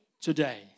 today